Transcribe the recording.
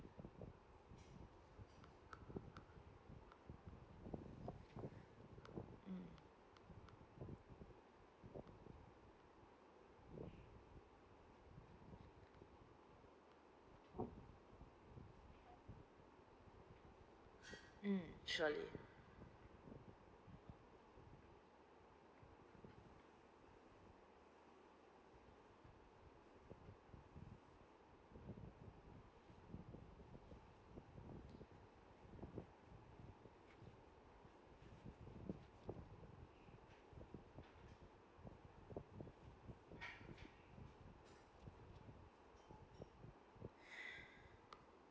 mm mm mm surely